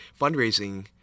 fundraising